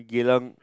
Geylang